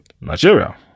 Nigeria